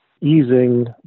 easing